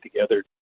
together